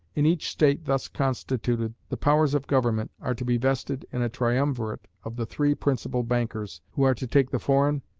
in each state thus constituted, the powers of government are to be vested in a triumvirate of the three principal bankers, who are to take the foreign,